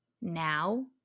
now